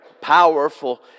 powerful